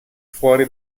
fuori